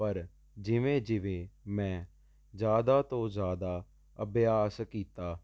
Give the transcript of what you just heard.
ਪਰ ਜਿਵੇਂ ਜਿਵੇਂ ਮੈਂ ਆਜ਼ਿਦਾ ਤੋਂ ਜ਼ਿਆਦਾ ਅਭਿਆਸ ਕੀਤਾ